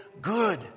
good